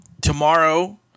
tomorrow